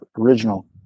original